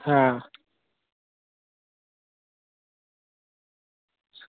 आं